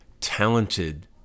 talented